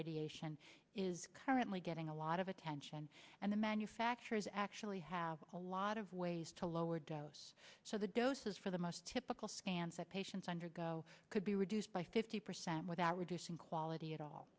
radiation is currently getting a lot of attention and the manufacturers actually have a lot of ways to lower dose so the doses for the most typical scans that patients undergo could be reduced by fifty percent without reducing quality at all